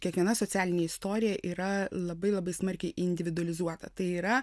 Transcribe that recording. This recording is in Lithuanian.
kiekviena socialinė istorija yra labai labai smarkiai individualizuota tai yra